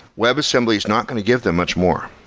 web assembly is not going to give them much more.